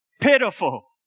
Pitiful